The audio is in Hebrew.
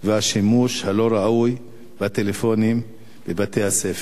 והשימוש הלא-ראוי בטלפונים בבתי-הספר?